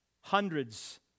Hundreds